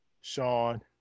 Sean